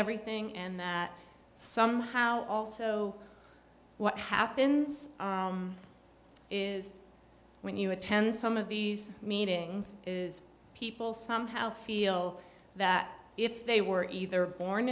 everything and that somehow also what happens is when you attend some of these meetings is people somehow feel that if they were either born